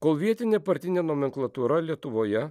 kol vietinė partinė nomenklatūra lietuvoje